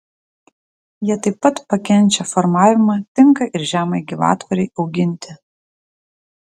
jie taip pat pakenčia formavimą tinka ir žemai gyvatvorei auginti